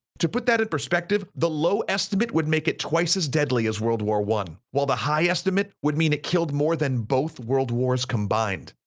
to put that in perspective, the low estimate would make it twice as deadly as world war i, while the high estimate would mean it killed more than both world wars combined.